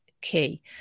key